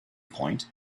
point